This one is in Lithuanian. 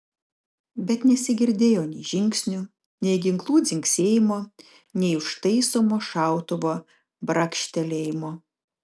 bet nesigirdėjo nei žingsnių nei ginklų dzingsėjimo nei užtaisomo šautuvo brakštelėjimo